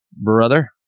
brother